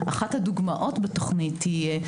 אחת הדוגמאות בתוכנית תהיה,